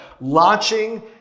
launching